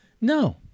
No